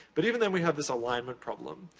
but, even though we have this alignment problem.